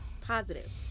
positive